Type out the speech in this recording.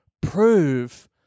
prove